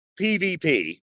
PvP